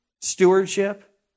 stewardship